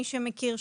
מי שמכיר,